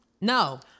No